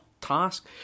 task